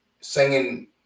singing